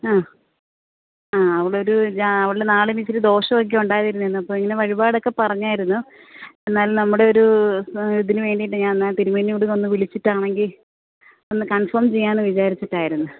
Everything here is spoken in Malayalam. ആ ആ അവളൊരു ജാ അവളുടെ നാളിനിത്തിരി ദോഷമൊക്കെ ഉണ്ടായിരുന്നു അപ്പോൾ ഇങ്ങനെ വഴിപാടൊക്കെ പറഞ്ഞിരുന്നു എന്നാലും നമ്മുടെ ഒരു ഇതിന് വേണ്ടിയിട്ട് ഞാൻ എന്നാൽ തിരുമേനിയോട് ഇതൊന്ന് വിളിച്ചിട്ടാണെങ്കിൽ ഒന്ന് കൺഫേം ചെയ്യാം എന്ന് വിചാരിച്ചിട്ടായിരുന്നു